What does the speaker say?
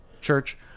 church